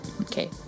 Okay